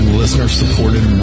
listener-supported